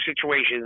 situations